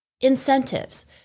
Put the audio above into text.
incentives